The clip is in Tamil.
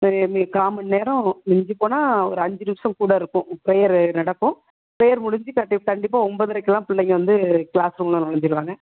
சரி உங்களுக்கு கால் மணி நேரம் மிஞ்சி போனால் ஒரு அஞ்சு நிமிஷம் கூட இருக்கும் பிரேயர் நடக்கும் பிரேயர் முடிஞ்சு கண்டிப்பாக ஒம்பதரைக்குலாம் பிள்ளைங்க வந்து க்ளாஸ் ரூமில் நுழஞ்சிருவாங்க